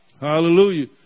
Hallelujah